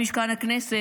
במשכן הכנסת,